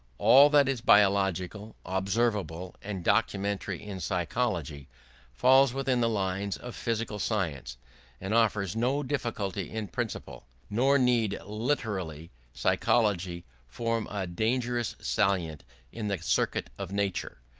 all that is biological observable, and documentary in psychology falls within the lines of physical science and offers no difficulty in principle. nor need literary psychology form a dangerous salient in the circuit of nature.